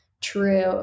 true